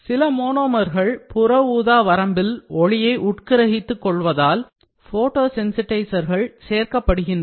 சில மோனோமர்கள் புற ஊதா வரம்பில் ஒளியை உட்கிரகித்து கொள்வதால் ஃபோட்டோசென்சிடைசர்கள் சேர்க்கப்படுகின்றன